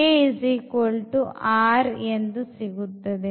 ಲಭ್ಯವಾಗುತ್ತದೆ